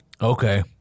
Okay